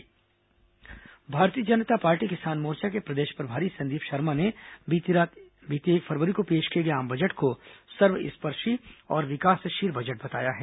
budget Bhajpa प्रतिक्रिया Bharatiya Janata Party Kisan Morcha के प्रदेश प्रभारी संदीप शर्मा ने बीती एक फरवरी को पेश किए गए आम बजट को सर्व स्पर्शी और विकासशील बजट बताया है